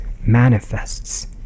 manifests